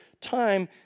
time